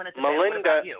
Melinda